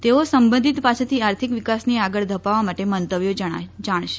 તેઓ સંબંધીતો પાસેથી આર્થિક વિકાસને આગળ ધપાવવા માટે મંતવ્યો જાણશે